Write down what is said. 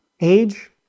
age